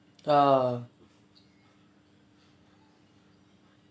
err